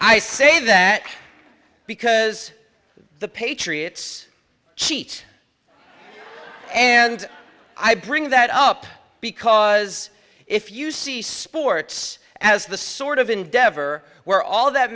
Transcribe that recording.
i say that because the patriots cheat and i bring that up because if you see sports as the sort of endeavor where all that